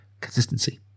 consistency